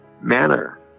manner